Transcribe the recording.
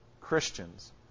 Christians